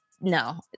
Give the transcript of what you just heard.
no